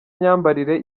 myambarire